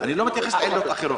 אני לא מתייחס לעילות אחרות.